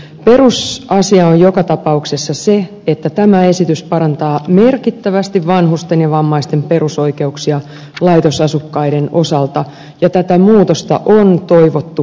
perusasia on joka tapauksessa se että tämä esitys parantaa merkittävästi vanhusten ja vammaisten perusoikeuksia laitosasukkaiden osalta ja tätä muutosta on toivottu pitkään